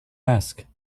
ask